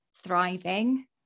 thriving